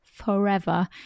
forever